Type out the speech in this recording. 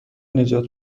نجات